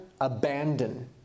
abandon